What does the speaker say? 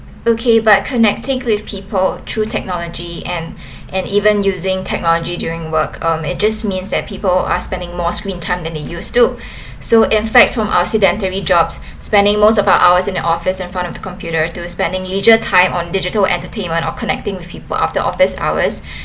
okay but connecting with people through technology and and even using technology during work um it just means that people are spending more screen time than they used to so in fact from our sedentary jobs spending most of our hours in office in front of the computer to spending leisure time on digital entertainment or connecting with people after office hours